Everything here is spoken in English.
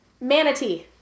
manatee